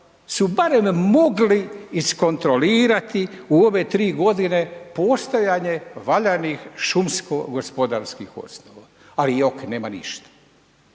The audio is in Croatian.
su barem mogli iskontrolirati u ove tri godine postojanje valjanih šumsko gospodarskih osnova, ali jok, nema ništa.